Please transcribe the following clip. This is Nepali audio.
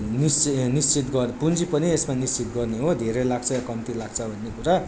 निश्चय निश्चित गर् पुँजी पनि यसमा निश्चित गर्ने हो धेरै लाग्छ या कम्ती लाग्छ भन्ने कुरा